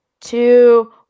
two